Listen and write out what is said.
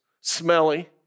Smelly